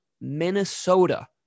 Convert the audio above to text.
Minnesota